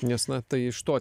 nes na tai iš to